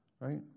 right